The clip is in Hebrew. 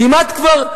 כמעט כבר,